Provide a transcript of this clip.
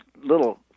little